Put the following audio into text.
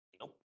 Nope